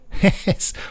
Yes